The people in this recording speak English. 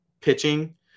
pitching